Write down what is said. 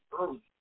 early